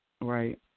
right